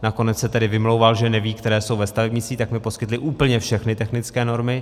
Nakonec se tedy vymlouval, že neví, které jsou ve stavebnictví, tak mi poskytl úplně všechny technické normy.